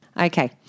Okay